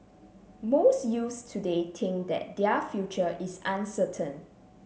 most youths today think that their future is uncertain